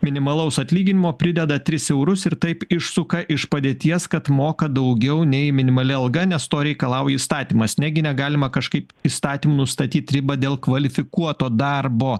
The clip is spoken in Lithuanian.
minimalaus atlyginimo prideda tris eurus ir taip išsuka iš padėties kad moka daugiau nei minimali alga nes to reikalauja įstatymas negi negalima kažkaip įstatymu nustatyti ribą dėl kvalifikuoto darbo